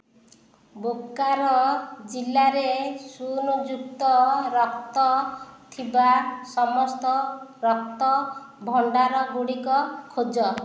ବୋକାରୋ ଜିଲ୍ଲାରେ ଶୁନ୍ୟ ଯୁକ୍ତ ରକ୍ତ ଥିବା ସମସ୍ତ ରକ୍ତ ଭଣ୍ଡାର ଗୁଡ଼ିକ ଖୋଜ